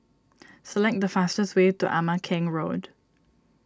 select the fastest way to Ama Keng Road